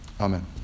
Amen